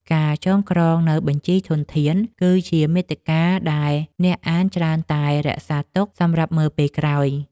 ការចងក្រងនូវបញ្ជីធនធាន គឺជាមាតិកាដែលអ្នកអានច្រើនតែរក្សាទុកសម្រាប់មើលពេលក្រោយ។